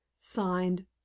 Signed